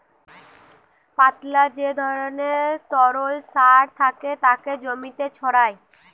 পাতলা যে ধরণের তরল সার থাকে তাকে জমিতে ছড়ায়